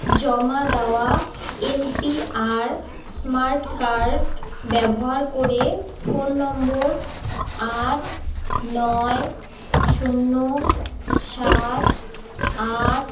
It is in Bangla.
জমা দেওয়া N P R smart card ব্যবহার করে ফোন নম্বর আট নয় শূন্য সাত আট